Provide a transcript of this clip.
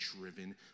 driven